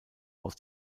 aus